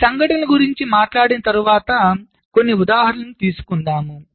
ఈ సంఘటనల గురించి మాట్లాడిన తరువాత కొన్ని ఉదాహరణలు తీసుకుందాం